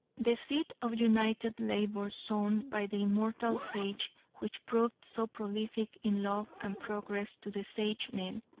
the seed of united labor sown by the immortal sage, which proved so prolific in love and progress to the sagemen,